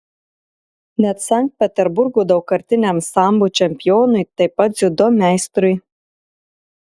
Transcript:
net sankt peterburgo daugkartiniam sambo čempionui taip pat dziudo meistrui